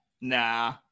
nah